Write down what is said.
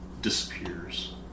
disappears